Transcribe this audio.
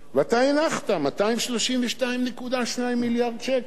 ואתה הנחת 232.2 מיליארד שקל.